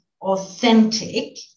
authentic